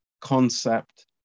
concept